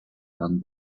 done